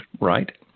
right